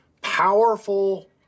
powerful